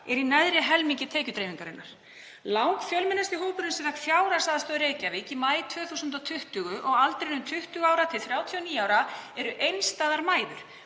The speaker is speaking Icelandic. er í neðri helmingi tekjudreifingarinnar. Langfjölmennasti hópurinn sem fékk fjárhagsaðstoð í Reykjavík í maí 2020 á aldrinum 20–39 ára eru einstæðar mæður,